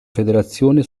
federazione